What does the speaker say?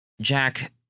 Jack